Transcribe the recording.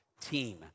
team